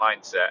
mindset